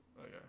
okay